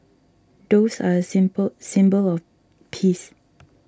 doves are a symbol symbol of peace